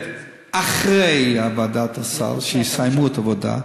אחרי ועדת הסל, כשיסיימו את העבודה,